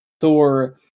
thor